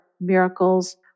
miracles